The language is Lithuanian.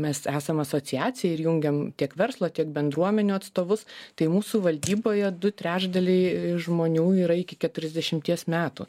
mes esam asociacija ir jungiam tiek verslo tiek bendruomenių atstovus tai mūsų valdyboje du trečdaliai žmonių yra iki keturiasdešimties metų